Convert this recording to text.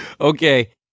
Okay